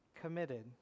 committed